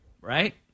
right